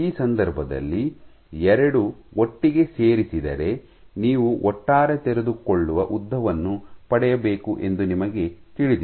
ಈ ಸಂದರ್ಭದಲ್ಲಿ ಎರಡು ಒಟ್ಟಿಗೆ ಸೇರಿಸಿದರೆ ನೀವು ಒಟ್ಟಾರೆ ತೆರೆದುಕೊಳ್ಳುವ ಉದ್ದವನ್ನು ಪಡೆಯಬೇಕು ಎಂದು ನಿಮಗೆ ತಿಳಿದಿದೆ